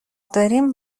داریم